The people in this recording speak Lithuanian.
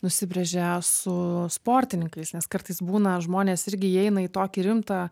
nusibrėžė su sportininkais nes kartais būna žmonės irgi įeina į tokį rimtą